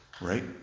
Right